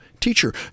Teacher